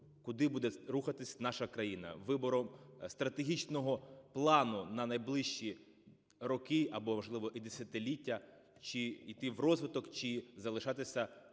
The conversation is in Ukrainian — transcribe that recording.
куди буде рухатись наша країна, вибором стратегічного плану на найближчі роки або, важливо, і десятиліття: чи йти в розвиток, чи залишатися